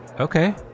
Okay